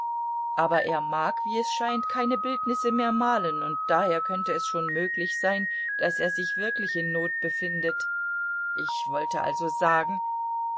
aber er mag wie es scheint keine bildnisse mehr malen und daher könnte es schon möglich sein daß er sich wirklich in not befindet ich wollte also sagen